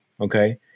okay